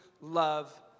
love